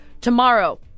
Tomorrow